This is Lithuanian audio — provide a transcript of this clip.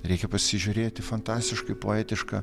reikia pasižiūrėti fantastiškai poetišką